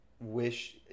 wish –